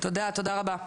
תודה רבה.